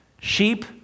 Sheep